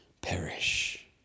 perish